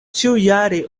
ĉiujare